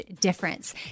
difference